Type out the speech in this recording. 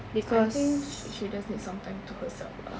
I think she she just need some time to herself lah